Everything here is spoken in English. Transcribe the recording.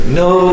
no